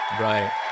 right